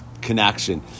connection